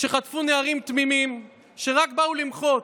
שחטפו נערים תמימים שרק באו למחות.